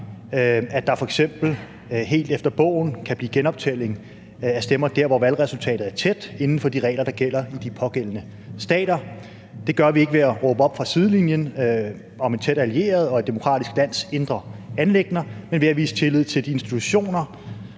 at der f.eks. helt efter bogen kan blive genoptælling af stemmer der, hvor valgresultatet er tæt, inden for de regler, der gælder i de pågældende stater. Det gør vi ikke ved at råbe op fra sidelinjen om en tæt allieret og et demokratisk lands indre anliggender, men ved at vise tillid til de institutioner,